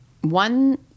one